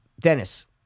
Dennis